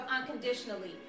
unconditionally